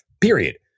period